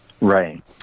Right